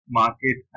market